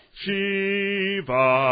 shiva